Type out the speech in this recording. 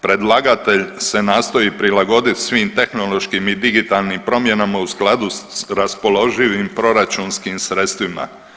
Predlagatelj se nastoji prilagoditi svim tehnološkim i digitalnim promjenama u skladu s raspoloživim proračunskim sredstvima.